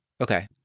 Okay